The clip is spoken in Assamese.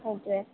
তাকে